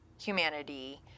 humanity